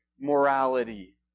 morality